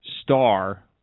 star